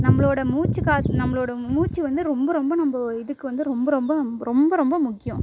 நம்மளோடய மூச்சு காத்து நம்மளோடய மூச்சு வந்து ரொம்ப ரொம்ப நம்ம இதுக்கு வந்து ரொம்ப ரொம்ப ரொம்ப ரொம்ப முக்கியம்